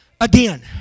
again